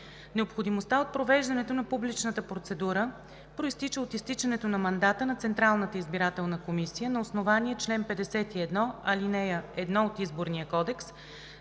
Необходимостта от провеждането на публичната процедура произтича от изтичането на мандата на Централната избирателна комисия, на основание чл. 51, ал. 1 от Изборния кодекс.